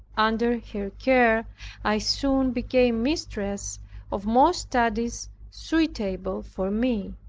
under her care i soon became mistress of most studies suitable for me.